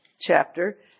chapter